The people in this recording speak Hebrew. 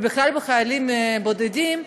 ובכלל בחיילים בודדים.